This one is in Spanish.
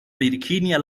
virginia